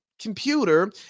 computer